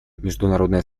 международное